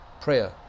prayer